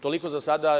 Toliko za sada.